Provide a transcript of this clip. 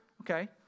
Okay